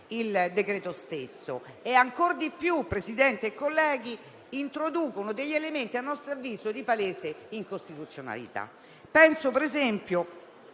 il decreto stesso e ancor di più, signor Presidente e colleghi, introducono elementi a nostro avviso di palese incostituzionalità. Penso, ad esempio,